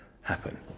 happen